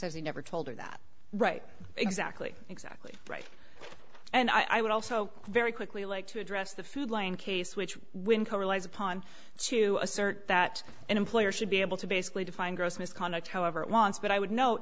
says he never told her that right exactly exactly right and i would also very quickly like to address the food lane case which winco relies upon to assert that an employer should be able to basically define gross misconduct however it wants but i would no